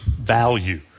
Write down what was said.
value